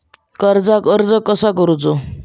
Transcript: कर्जाक अर्ज कसा करुचा?